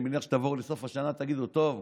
אני מניח שתבואו בסוף השנה ותגידו: טוב,